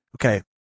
okay